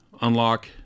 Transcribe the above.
unlock